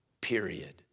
period